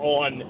on